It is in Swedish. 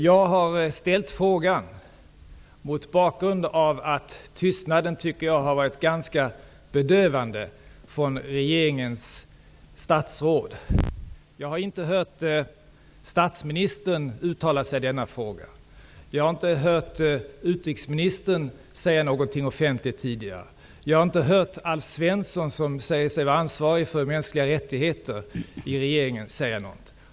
Jag har framställt min interpellation mot bakgrund av att tystnaden har varit ganska bedövande från regeringens statsråd. Jag har inte hört statsministern uttala sig i denna fråga. Jag har inte hört utrikesministern säga något offentligt tidigare. Inte heller har jag hört Alf Svensson, som säger sig vara ansvarig för mänskliga rättigheter i regeringen, säga något.